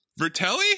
Vertelli